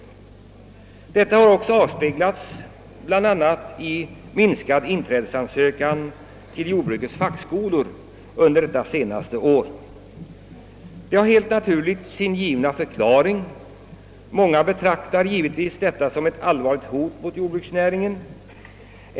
Detta har bl.a. återspeglats i ett minskat antal inträdesansökningar till jordbrukets fackskolor under det senaste året. Detta är helt förklarligt, eftersom många har betraktat talet om prispress som ett allvarligt hot mot jordbruksnäringen.